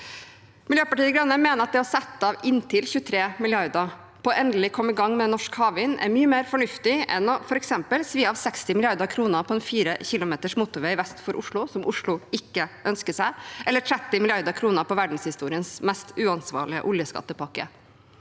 Miljøpartiet De Grønne mener at det å sette av inntil 23 mrd. kr på endelig å komme i gang med norsk havvind er mye mer fornuftig enn f.eks. å svi av 60 mrd. kr på en 4 km motorvei vest for Oslo, som Oslo ikke ønsker seg, eller 30 mrd. kr på verdenshistoriens mest uansvarlige oljeskattepakke.